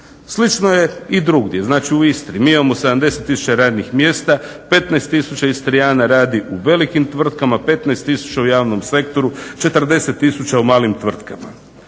Slično je i drugdje znači u Istri. Mi imamo 70 tisuća radnih mjesta, 15 tisuća Istrijana radi u velikim tvrtkama, 15 tisuća u javnom sektoru, 40 tisuća u malim tvrtkama.